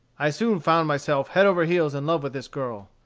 i soon found myself head over heels in love with this girl.